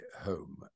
home